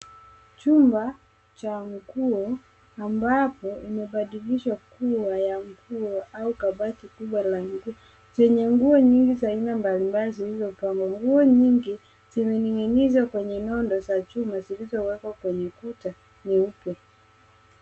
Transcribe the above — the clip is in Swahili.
Chumba cha nguo ambapo imebadilishwa kuwa ya nguo au kabati la kubwa la nguo zenye nguo nyingi za aina mbalimbali zilizopangwa. Nguo nyingi zimetengenezwa kwenye ng'onda za chuma zilizowekwa kwenye kuta nyeupe.